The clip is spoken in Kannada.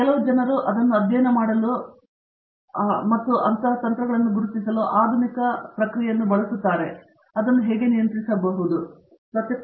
ಆದ್ದರಿಂದ ಜನರು ಅವುಗಳನ್ನು ಅಧ್ಯಯನ ಮಾಡಲು ಮತ್ತು ಗುರುತಿಸಲು ಪ್ರಯತ್ನಿಸುವ ಆಧುನಿಕ ತಂತ್ರಗಳನ್ನು ಬಳಸುತ್ತಿದ್ದಾರೆ ನಾನು ಅದನ್ನು ಹೇಗೆ ನಿಯಂತ್ರಿಸಬಲ್ಲೆ